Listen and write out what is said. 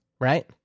right